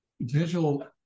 visual